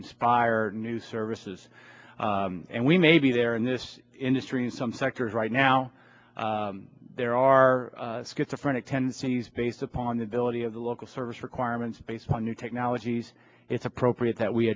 inspire new services and we may be there in this industry in some sectors right now there are schizophrenia tendencies based upon the ability of the local service requirements based on new technologies it's appropriate that we